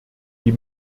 die